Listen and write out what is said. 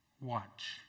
watch